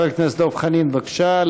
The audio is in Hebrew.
חבר הכנסת דב חנין, בבקשה.